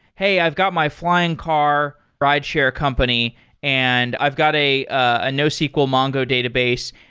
hey, i've got my flying car rideshare company and i've got a ah nosql mongo database,